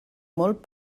molt